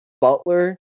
Butler